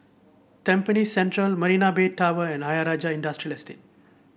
Tampines Central Marina Bay Tower and Ayer Rajah Industrial Estate